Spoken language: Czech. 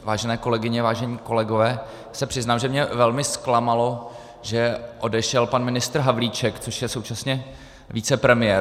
Vážené kolegyně, vážení kolegové, přiznám se, že mě velmi zklamalo, že odešel pan ministr Havlíček, což je současně vicepremiér.